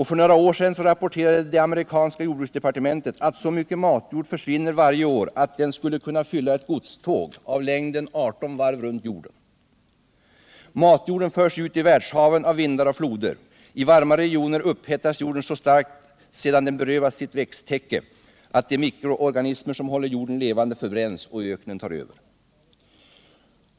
För några år sedan rapporterade det amerikanska jordbruksdepartementet, att så mycket matjord försvinner varje år att den skulle kunna fylla ett godståg av längden arton varv runt jorden. Matjorden förs ut i världshaven av vindar och floder. I varma regioner upphettas jorden så starkt sedan den berövats sitt växttäcke, att de mikroorganismer som håller jorden levande förbränns och öknen tar över.